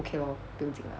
okay lor 不用紧 lah